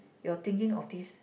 your thinking of this